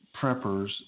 preppers